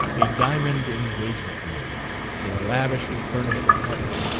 a diamond engagement-ring, a lavishly-furnished apartment.